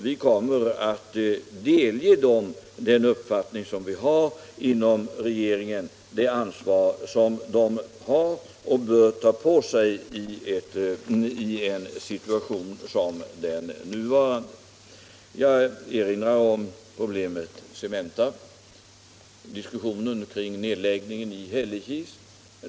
Vi kommer att delge företaget den uppfattning regeringen har om det ansvar man bör ta på sig i en situation som den nuvarande. Jag erinrar om problemet Cementa och diskussionen kring nedläggningen i Hällekis.